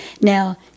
Now